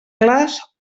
clars